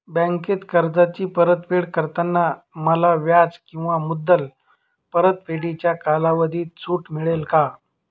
बँकेत कर्जाची परतफेड करताना मला व्याज किंवा मुद्दल परतफेडीच्या कालावधीत सूट मिळेल का?